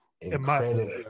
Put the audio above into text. incredible